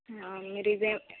మీరు ఇదేం